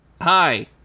Hi